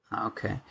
Okay